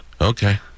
Okay